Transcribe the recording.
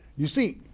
you see,